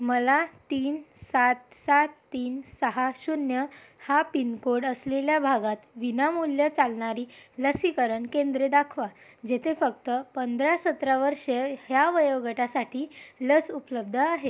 मला तीन सात सात तीन सहा शून्य हा पिनकोड असलेल्या भागात विनामूल्य चालणारी लसीकरण केंद्रे दाखवा जेथे फक्त पंधरा सतरा वर्षे ह्या वयोगटासाठी लस उपलब्ध आहे